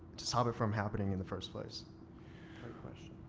to stop it from happening, in the first place? good question